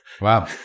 Wow